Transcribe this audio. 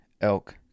Elk